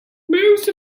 most